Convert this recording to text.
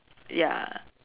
ya